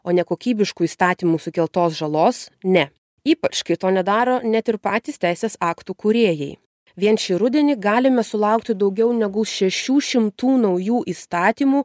o nekokybiškų įstatymų sukeltos žalos ne ypač kai to nedaro net ir patys teisės aktų kūrėjai vien šį rudenį galime sulaukti daugiau negu šešių šimtų naujų įstatymų